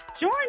Join